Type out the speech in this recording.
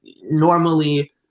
normally